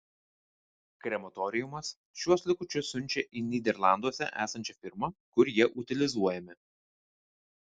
krematoriumas šiuos likučius siunčia į nyderlanduose esančią firmą kur jie utilizuojami